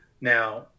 Now